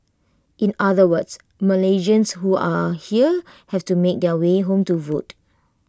in other words Malaysians who are here have to make their way home to vote